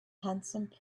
handsome